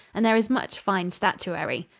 and there is much fine statuary.